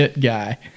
guy